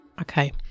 Okay